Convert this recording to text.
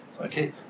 okay